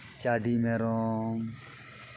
ᱪᱟᱹᱰᱤ ᱢᱮᱨᱚᱢ